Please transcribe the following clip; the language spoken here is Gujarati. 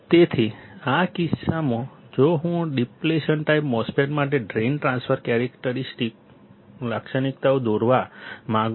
તેથી આ કિસ્સામાં જો હું ડીપ્લેશન ટાઈપ MOSFET માટે ડ્રેઇન ટ્રાન્સફર લાક્ષણિકતાઓ દોરવા માંગુ છું